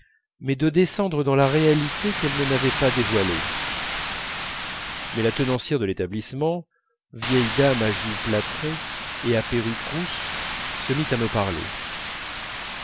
mais de descendre dans la réalité qu'elle ne m'avait pas dévoilée mais la tenancière de l'établissement vieille dame à joues plâtrées et à perruque rousse se mit à me parler